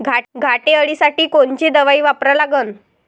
घाटे अळी साठी कोनची दवाई वापरा लागन?